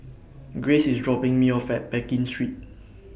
Grayce IS dropping Me off At Pekin Street